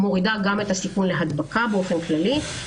ומורידה גם את הסיכון להדבקה באופן כללי,